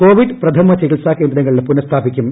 Covid പ്രഥമ ചികിത്സാ കേന്ദ്രങ്ങൾ പുനഃസ്ഥാപിക്കും